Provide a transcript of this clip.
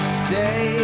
stay